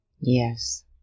Yes